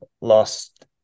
lost